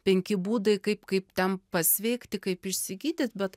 penki būdai kaip kaip ten pasveikti kaip išsigydyt bet